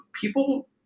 people